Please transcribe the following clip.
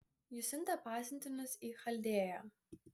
ji siuntė pasiuntinius į chaldėją